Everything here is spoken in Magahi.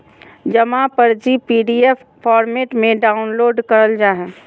जमा पर्ची पीडीएफ फॉर्मेट में डाउनलोड करल जा हय